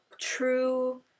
true